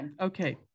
Okay